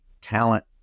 talent